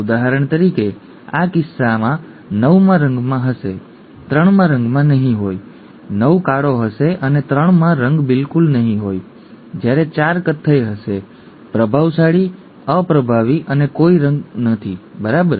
ઉદાહરણ તરીકે આ કિસ્સામાં 9 માં રંગ હશે 3 માં રંગ નહીં હોય 9 કાળો હશે અને 3 માં રંગ બિલકુલ નહીં હોય જ્યારે 4 કથ્થઈ હશે પ્રભાવશાળી અપ્રભાવી અને કોઈ રંગ જ નથી બરાબર